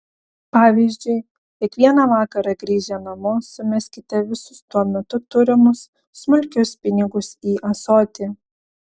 pavyzdžiui kiekvieną vakarą grįžę namo sumeskite visus tuo metu turimus smulkius pinigus į ąsotį